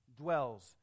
dwells